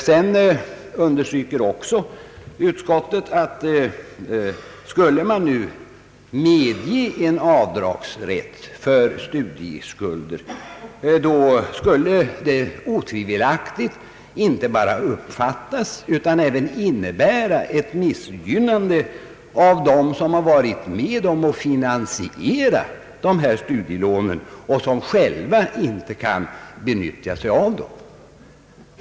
Vidare understryker utskottet, att om man skulle medge avdragsrätt för studieskulder, skulle detta otvivelaktigt inte bara uppfattas som, utan även innebära ett missgynnande av dem som varit med om att finansiera studielånen, men som inte själva kan utnyttja dem.